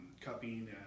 cupping